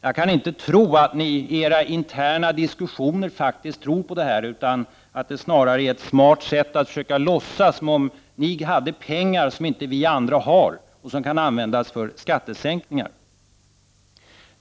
Jag kan inte föreställa mig att ni i era interna diskussioner faktiskt tror på detta. Det är snarare ett smart sätt att försöka låtsas som om ni hade pengar som inte vi andra har, vilka ni kan använda för skattesänkningar.